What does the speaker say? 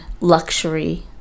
luxury